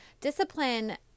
discipline